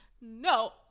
no